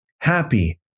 Happy